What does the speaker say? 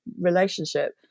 relationship